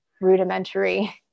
rudimentary